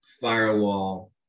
firewall